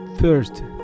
first